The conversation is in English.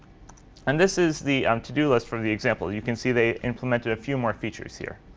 and this is the to do list from the example. you can see they implemented a few more features here.